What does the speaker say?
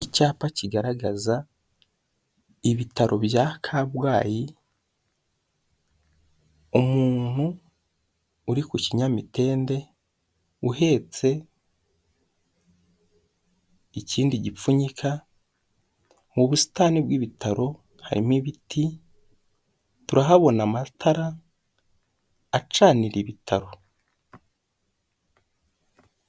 Icyapa kigaragaza ibitaro bya Kabgayi, umuntu uri ku kinyamitende uhetse ikindi gipfunyika, mu busitani bw'ibitaro harimo ibiti, turahabona amatara acanira ibitaro.